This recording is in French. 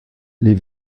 les